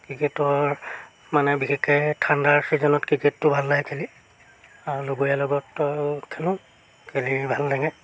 ক্ৰিকেটৰ মানে বিশেষকৈ ঠাণ্ডাৰ ছিজনত ক্ৰিকেটটো ভাল লাগে খেলি আৰু লগৰীয়াৰ লগততো খেলোঁ খেলি ভাল লাগে